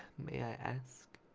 may i ask?